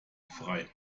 frei